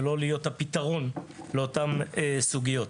ולא להיות הפתרון לאותן סוגיות.